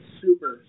super